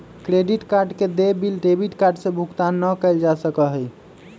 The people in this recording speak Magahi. क्रेडिट कार्ड के देय बिल डेबिट कार्ड से भुगतान ना कइल जा सका हई